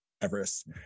Everest